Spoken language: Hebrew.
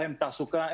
תעסוקה,